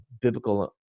biblical